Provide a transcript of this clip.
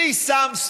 אני שם,